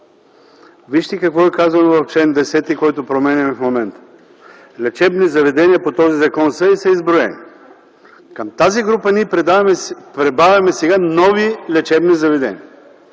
вижте какво е казано в чл. 10, който променяме в момента – лечебни заведения по този закон са… и са изброени. Към тази група ние прибавяме сега нови лечебни заведения.